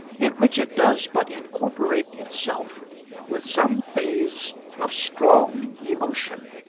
in which it does but incorporate itself with some phase of strong emotion.